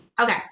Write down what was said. Okay